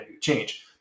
change